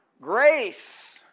Grace